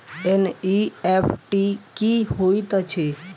NEFT की होइत अछि?